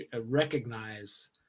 recognize